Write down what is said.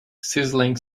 sizzling